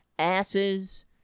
asses